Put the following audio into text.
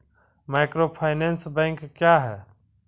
Microfinance bank क्या हैं?